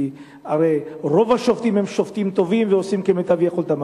כי הרי רוב השופטים הם שופטים טובים ועושים כמיטב יכולתם,